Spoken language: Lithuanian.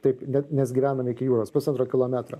taip net mes gyvenom iki jūros pusantro kilometro